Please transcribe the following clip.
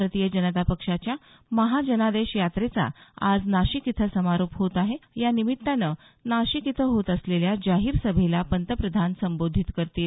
भारतीय जनता पक्षाच्या महाजनादेश यात्रेचा आज नाशिक इथं समारोप होत आहे या निमित्तानं नाशिक इथं होत असलेल्या जाहीर सभेला पंतप्रधान संबोधित करतील